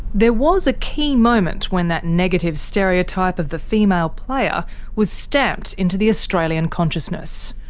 there was a key moment when that negative stereotype of the female player was stamped into the australian consciousness.